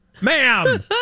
ma'am